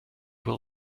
will